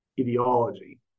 ideology